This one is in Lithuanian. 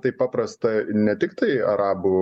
taip paprasta ne tiktai arabų